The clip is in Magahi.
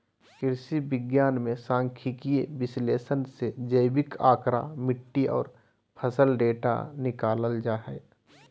कृषि विज्ञान मे सांख्यिकीय विश्लेषण से जैविक आंकड़ा, मिट्टी आर फसल डेटा निकालल जा हय